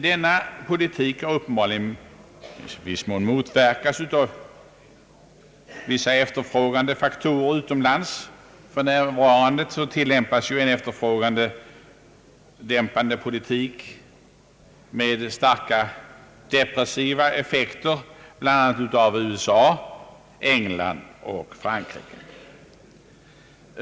Denna politik har uppenbarligen i viss mån motverkats av vissa efterfrågedämpande faktorer utomlands. För närvarande tilllämpas ju en efterfrågedämpande politik med starka depressiva effekter av bl.a. USA, England och Frankrike.